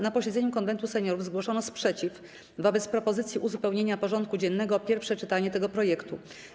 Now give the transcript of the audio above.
Na posiedzeniu Konwentu Seniorów zgłoszono sprzeciw wobec propozycji uzupełnienia porządku dziennego o pierwsze czytanie tego projektu.